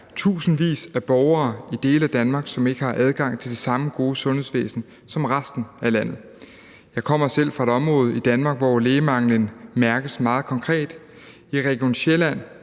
tusindvis af borgere i dele af Danmark, som ikke har adgang til det samme gode sundhedsvæsen som resten af landet. Jeg kommer selv fra et område i Danmark, hvor lægemanglen mærkes meget konkret. I Region Sjælland